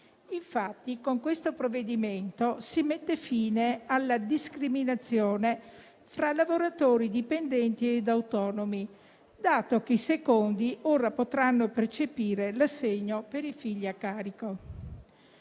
Infatti, con questo provvedimento si mette fine alla discriminazione fra lavoratori dipendenti e autonomi, dato che i secondi ora potranno percepire l'assegno per i figli a carico.